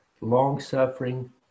long-suffering